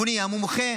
נהיה מומחה.